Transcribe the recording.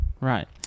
right